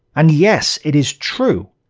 and yes it is true,